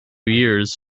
years